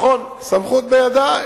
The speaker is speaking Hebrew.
הסמכות בידי.